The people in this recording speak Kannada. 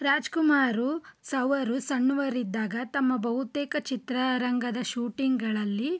ರಾಜ್ಕುಮಾರ್ ಸ ಅವರು ಸಣ್ಣವರಿದ್ದಾಗ ತಮ್ಮ ಬಹುತೇಕ ಚಿತ್ರರಂಗದ ಶೂಟಿಂಗ್ಗಳಲ್ಲಿ